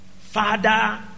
Father